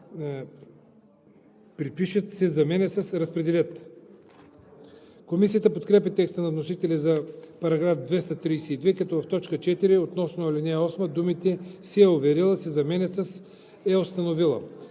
„припишат“ се заменя с „разпределят“. Комисията подкрепя текста на вносителя за § 232, като в т. 4 относно ал. 8 думите „се е уверила“ се заменят с „е установила“.